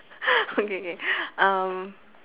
okay K um